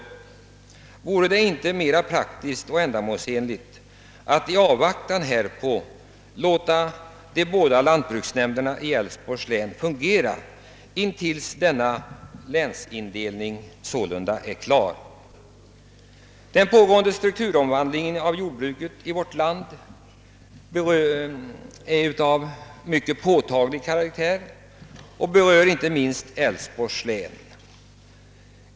Vore det inte mera praktiskt och ändamålsenligt att låta de båda lantbruksnämnderna i Älvsborgs län fungera intill dess denna länsindelning är klar? Den pågående strukturomvandlingen av jordbruket i vårt land är av mycket påtaglig karaktär och berör inte minst Älvsborgs län.